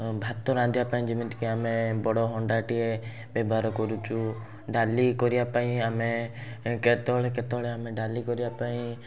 ଭାତ ରାନ୍ଧିବା ପାଇଁ ଯେମିତିକି ଆମେ ବଡ଼ ହଣ୍ଡାଟିଏ ବ୍ୟବହାର କରୁଛୁ ଡ଼ାଲି କରିବା ପାଇଁ ଆମେ କେତେବେଳେ କେତେବେଳେ ଆମେ ଡ଼ାଲି କରିବା ପାଇଁ